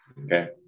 Okay